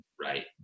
right